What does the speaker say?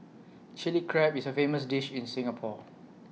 Chilli Crab is A famous dish in Singapore